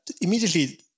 immediately